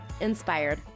Inspired